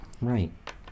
Right